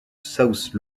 south